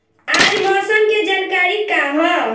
आज मौसम के जानकारी का ह?